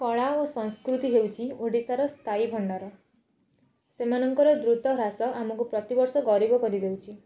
କଳା ଓ ସଂସ୍କୃତି ହେଉଚି ଓଡ଼ିଶାର ସ୍ଥାଇଭଣ୍ଡାର ସେମାନଙ୍କର ଦ୍ରୁତ ହ୍ରାସ ଆମକୁ ପ୍ରତିବର୍ଷ ଗରିବ କରିଦେଉଛି